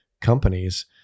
companies